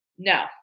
No